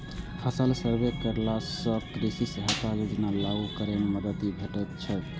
फसल सर्वे करेला सं कृषि सहायता योजना लागू करै मे मदति भेटैत छैक